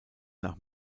nach